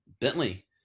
bentley